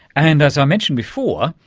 and as i mentioned before,